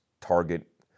Target